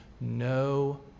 no